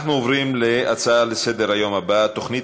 אנחנו עוברים להצעה הבאה לסדר-היום: התוכנית